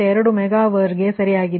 2 megavar ಸರಿಯಾಗಿದೆ